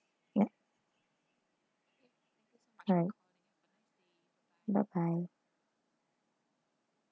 yup alright bye bye